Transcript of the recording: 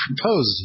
proposed